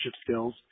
skills